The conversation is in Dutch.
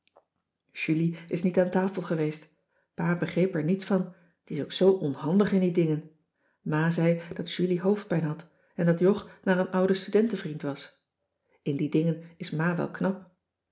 julie is niet aan tafel geweest pa begreep er niets van die is ook zoo onhandig in die dingen ma zei dat julie hoofdpijn had en dat jog naar een ouden studenten vriend was in die dingen is ma wel knap